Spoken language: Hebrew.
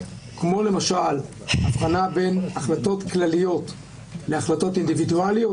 כמו למשל הבחנה בין החלטות כלליות להחלטות אינדיבידואליות.